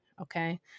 Okay